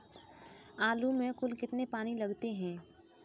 आलू में कुल कितने पानी लगते हैं?